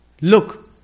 look